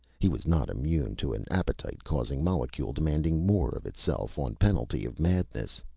he was not immune to an appetite-causing molecule demanding more of itself on penalty of madness.